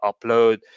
upload